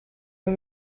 für